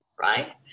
right